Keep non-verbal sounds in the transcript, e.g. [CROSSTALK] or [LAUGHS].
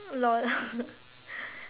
lol [LAUGHS]